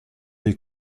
des